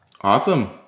Awesome